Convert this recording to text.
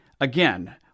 Again